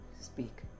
speak